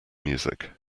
music